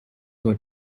were